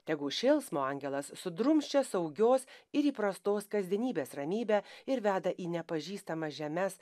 tegu šėlsmo angelas sudrumsčia saugios ir įprastos kasdienybės ramybę ir veda į nepažįstamas žemes